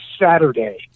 Saturday